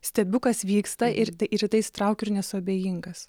stebiu kas vyksta ir ir į tai įsitraukiu ir nesu abejingas